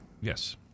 Yes